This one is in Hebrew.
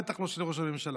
בטח לא של ראש הממשלה.